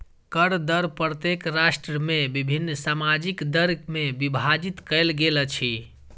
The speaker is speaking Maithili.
कर दर प्रत्येक राष्ट्र में विभिन्न सामाजिक दर में विभाजित कयल गेल अछि